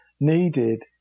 needed